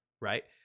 right